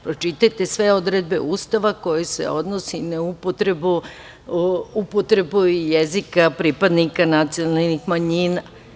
Pročitajte sve odredbe Ustava koje se odnose na upotrebu jezika pripadnika nacionalnih manjina.